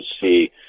see